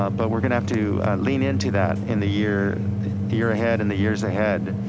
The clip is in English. ah but we're gonna have to lean into that in the year year ahead, in the years ahead.